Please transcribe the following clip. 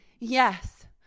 Yes